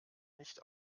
nicht